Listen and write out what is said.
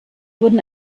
wurden